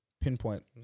Pinpoint